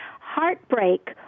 heartbreak